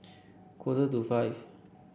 quarter to five